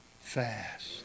fast